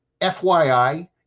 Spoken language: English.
FYI